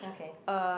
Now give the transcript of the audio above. uh